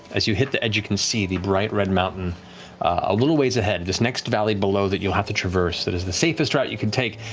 as you hit the edge, you can see the bright-red mountain a little ways ahead. this next valley below that you'll have to traverse, that is the safest route you can take,